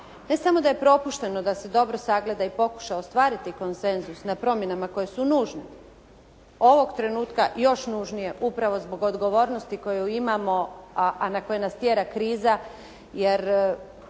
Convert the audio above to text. ne samo da je propušteno da se dobro sagleda i pokuša ostvariti konsenzus na promjenama koje su nužne. Ovog trenutka još nužnije upravo zbog odgovornosti koju imamo, a na koju nas tjera kriza jer